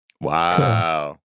Wow